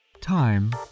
time